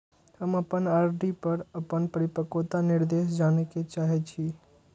हम अपन आर.डी पर अपन परिपक्वता निर्देश जाने के चाहि छी